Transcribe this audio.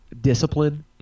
discipline